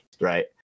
right